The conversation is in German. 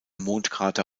mondkrater